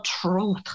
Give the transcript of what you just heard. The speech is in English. truth